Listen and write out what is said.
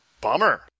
Bummer